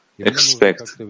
expect